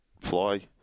Fly